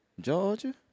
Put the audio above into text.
Georgia